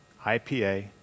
IPA